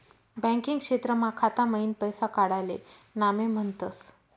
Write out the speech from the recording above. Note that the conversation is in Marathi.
बैंकिंग क्षेत्रमा खाता मईन पैसा काडाले नामे म्हनतस